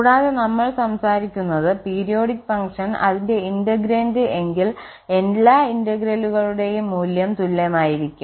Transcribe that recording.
കൂടാതെ നമ്മൾ സംസാരിക്കുന്നത് പീരിയോഡിക് ഫംഗ്ഷൻ അതിന്റെ ഇന്റെഗ്രേൻഡ് എങ്കിൽ എല്ലാ ഇന്റഗ്രലുകളുടെയും മൂല്യം തുല്യമായിരിക്കും